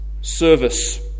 service